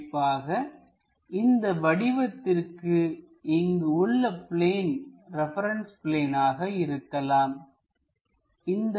குறிப்பாக இந்த வடிவத்திற்கு இங்கு உள்ள பிளேன் ரெபரன்ஸ் பிளேன் ஆக இருக்கலாம்